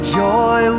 joy